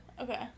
Okay